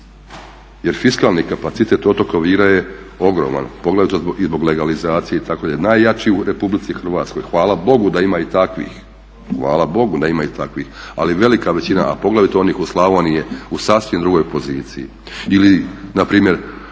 jer fiskalni kapacitet otoka Vira je ogroman poglavito i zbog legalizacije, najjači u Republici Hrvatskoj. Hvala Bogu da ima i takvih, hvala Bogu da ima i takvih ali velika većina a poglavito oni u Slavoniji je u sasvim drugoj poziciji.